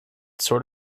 sort